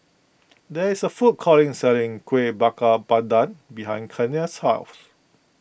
there is a food courting selling Kuih Bakar Pandan behind Kenia's house